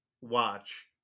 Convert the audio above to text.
Watch